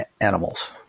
animals